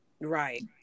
Right